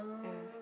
ya